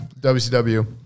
WCW